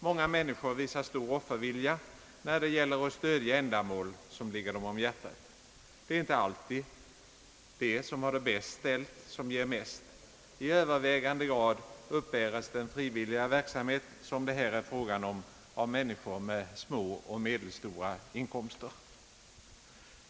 Många människor visar stor offervilja när det gäller att stödja ända mål som ligger dem om hjärtat. Det är inte alltid de som har det bäst ställt som ger mest. I övervägande grad uppbäres den frivilliga verksamhet som det här är fråga om av människor med små och medelstora inkomster.